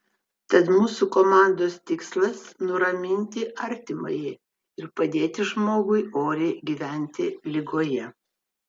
tad mūsų komandos tikslas nuraminti artimąjį ir padėti žmogui oriai gyventi ligoje